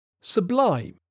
Sublime